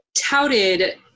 touted